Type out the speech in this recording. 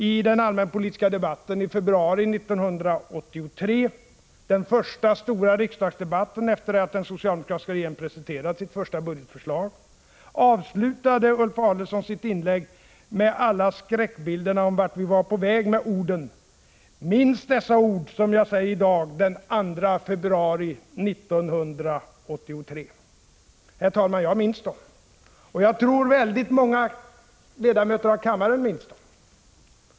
I den allmänpolitiska debatten i februari 1983 — den första stora riksdagsdebat derna om vart vi var på väg med orden: Minns dessa ord som jag säger i dag, RS ; Den ekonomiska poliden 2 februari 1983. ” tiken, m.m. Herr talman! Jag minns dem, och jag tror att väldigt många ledamöter i kammaren minns dem.